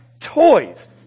Toys